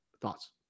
Thoughts